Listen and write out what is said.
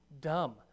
Dumb